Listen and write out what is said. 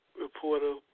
reporter